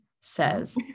says